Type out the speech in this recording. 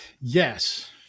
yes